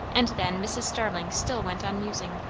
and then mrs. starling still went on musing.